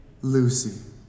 Lucy